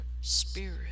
spirit